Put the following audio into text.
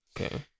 Okay